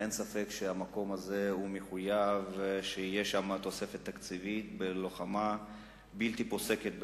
אין ספק שבמקום הזה מחויב שתהיה תוספת תקציבית ללוחמה בלתי פוסקת בפשע,